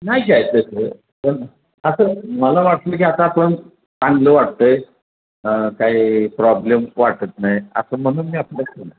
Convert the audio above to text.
नाही आहे तसं पण असं मला वाटलं की आता आपण चांगलं वाटतं आहे काही प्रॉब्लेम वाटत नाही असं म्हणून मी आपलं केलं